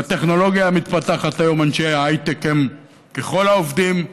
בטכנולוגיה המתפתחת היום אנשי ההייטק הם ככל העובדים.